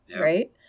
right